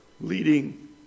leading